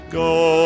go